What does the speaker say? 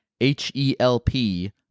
H-E-L-P